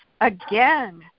again